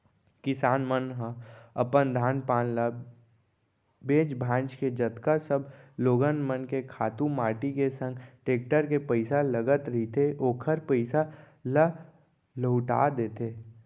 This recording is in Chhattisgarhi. किसान मन ह अपन धान पान ल बेंच भांज के जतका सब लोगन मन के खातू माटी के संग टेक्टर के पइसा लगत रहिथे ओखर पइसा ल लहूटा देथे